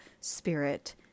spirit